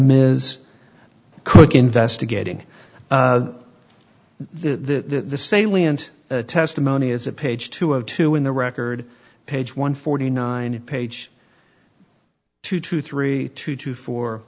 ms cook investigating the salient testimony is a page two of two in the record page one forty nine page two two three two two four